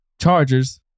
Chargers